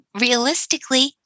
realistically